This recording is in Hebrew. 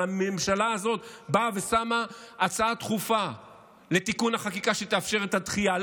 אבל הממשלה הזאת באה ושמה הצעה דחופה לתיקון החקיקה שתאפשר את הדחייה.